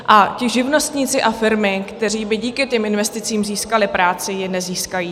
A ti živnostníci a firmy, kteří by díky těm investicím získali práci, ji nezískají.